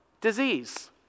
disease